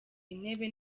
intebe